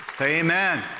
Amen